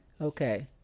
Okay